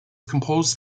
composed